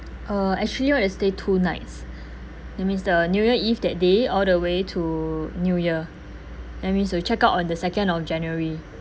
uh actually we want to stay two nights that means the new year eve that day all the way to new year that means we'll check out on the second of january